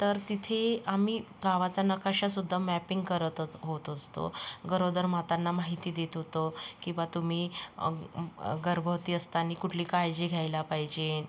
तर तिथे आम्ही गावाचा नकाशासुद्धा मॅपिंग करतच होत असतो गरोदर मातांना माहिती देत होतो की बा तुम्ही गर्भवती असताना कुठली काळजी घ्यायला पाहिजे